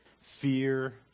Fear